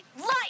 life